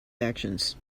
actions